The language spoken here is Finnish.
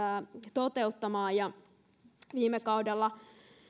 toteuttamaan sähköisesti viime kaudella